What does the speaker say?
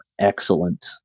excellent